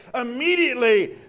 immediately